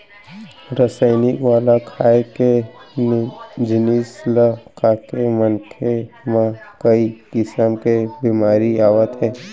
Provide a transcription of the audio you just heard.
रसइनिक वाला खाए के जिनिस ल खाके मनखे म कइ किसम के बेमारी आवत हे